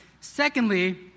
Secondly